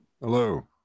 Hello